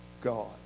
God